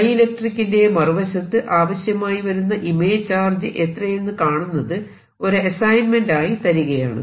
ഡൈഇലക്ട്രിക്കിന്റെ മറുവശത്ത് ആവശ്യമായി വരുന്ന ഇമേജ് ചാർജ് എത്രയെന്ന് കാണുന്നത് ഒരു അസൈൻമെന്റ് ആയി തരികയാണ്